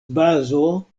bazo